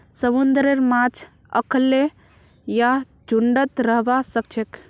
समुंदरेर माछ अखल्लै या झुंडत रहबा सखछेक